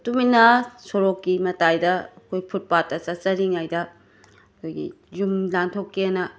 ꯇꯨꯃꯤꯟꯅ ꯁꯣꯔꯣꯛꯀꯤ ꯃꯇꯥꯏꯗ ꯑꯩꯈꯣꯏ ꯐꯨꯠ ꯄꯥꯠꯇ ꯆꯠꯆꯔꯤꯉꯩꯗ ꯑꯩꯈꯣꯏꯒꯤ ꯌꯨꯝ ꯂꯥꯟꯊꯣꯛꯀꯦꯅ